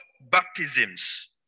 baptisms